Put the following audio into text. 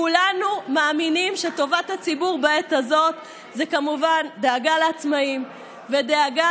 כולנו מאמינים שטובת הציבור בעת הזאת היא כמובן דאגה לעצמאים ודאגה